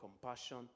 compassion